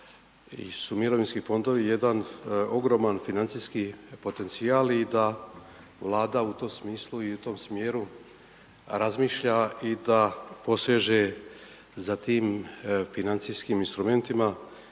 su mirovinski fondovi jedan ogroman financijski potencijal i da Vlada u tom smislu i u tom smjeru razmišlja i da poseže za tim financijskim instrumentima